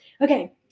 Okay